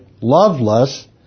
loveless